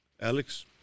Alex